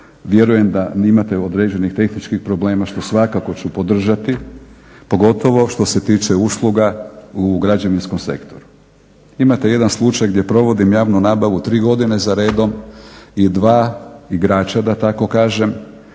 vjerujem da imate određenih tehničkih problema što svakako ću podržati, pogotovo što se tiče usluga u građevinskom sektoru. Imate jedan slučaj gdje provodim javnu nabavu tri godine za redom i dva igrača, da tako kažem,